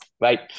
right